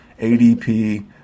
ADP